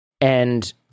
And-